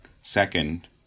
Second